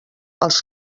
els